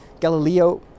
Galileo